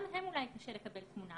גם מהם אולי קשה לקבל תמונה,